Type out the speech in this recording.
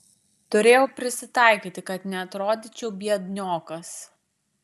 turėjau prisitaikyti kad neatrodyčiau biedniokas